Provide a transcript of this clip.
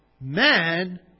Man